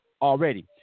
already